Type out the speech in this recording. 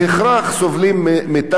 אז הם סובלים גם מחוסר דם.